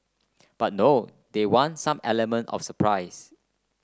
but no they want some element of surprise